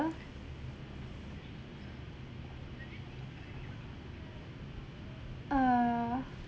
err